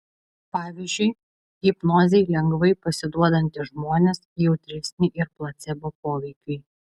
pavyzdžiui hipnozei lengvai pasiduodantys žmonės jautresni ir placebo poveikiui